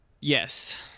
Yes